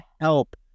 help